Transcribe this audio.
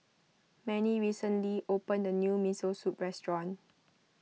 Mannie recently opened a new Miso Soup restaurant